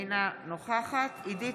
אינה נוכחת עידית